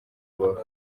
rubavu